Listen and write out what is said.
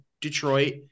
detroit